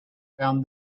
found